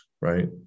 right